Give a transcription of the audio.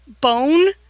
Bone